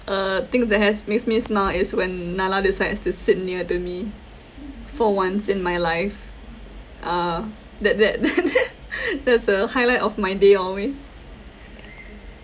uh things that has makes me smile is when nala decides to sit near to me for once in my life uh that that that that that's a highlight of my day always